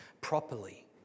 properly